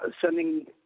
sending